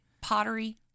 Pottery